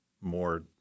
more